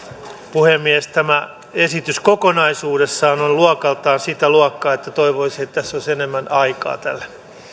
puhemies tämä esitys kokonaisuudessaan on luokaltaan sitä luokkaa että toivoisin että tässä olisi enemmän aikaa tälle